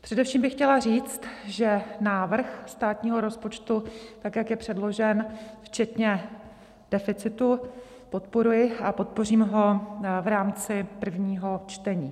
Především bych chtěla říct, že návrh státního rozpočtu, tak jak je předložen, včetně deficitu, podporuji a podpořím ho v rámci prvního čtení.